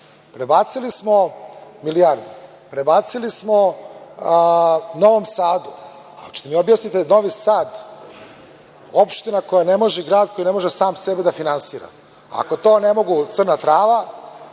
prebacili smo milijardu, prebacili smo Novom Sadu. Hoćete da mi objasnite Novi Sad, opština koja ne može, grad koji ne može sam sebe da finansira, ako to ne mogu Crna Trava,